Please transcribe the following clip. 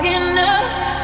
enough